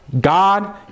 God